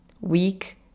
weak